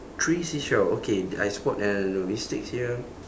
three seashell okay I spot a mistakes here